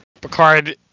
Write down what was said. Picard